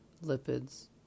lipids